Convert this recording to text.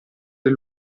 del